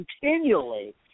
continually